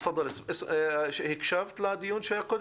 הקשבת לדיון?